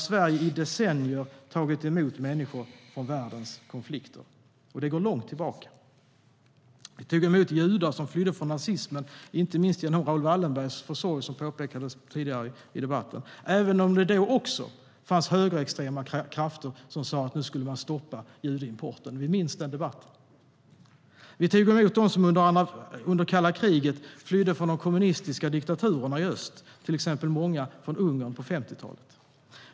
Sverige har i decennier tagit emot människor från världens konflikter. Det går långt tillbaka i tiden. Sverige tog emot judar som flydde från nazismen, inte minst genom Raoul Wallenbergs försorg, som påpekats tidigare i debatten, även om det då också fanns högerextrema krafter som sade att judeimporten skulle stoppas. Vi minns den debatten. Vi tog emot dem som under kalla kriget flydde från de kommunistiska diktaturerna i öst, till exempel många från Ungern på 50-talet.